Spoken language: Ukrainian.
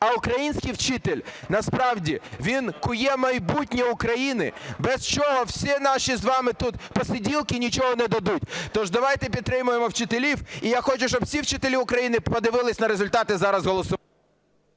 а український вчитель насправді, він кує майбутнє України, без чого всі наші з вами тут посиділки нічого не дадуть. Тож давайте підтримаємо вчителів, і я хочу, щоби всі вчителі України подивилися на результати зараз… ГОЛОВУЮЧИЙ.